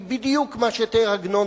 היא בדיוק מה שתיאר עגנון,